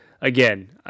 Again